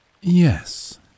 Yes